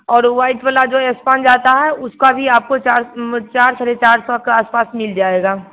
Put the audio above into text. और व्हाइट वाला जो स्पंज आता है उसका भी आपको चार चार साढ़े चार सौ के आसपास मिल जाएगा